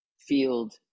field